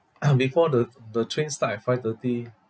before the the train start at five thirty